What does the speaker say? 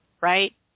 right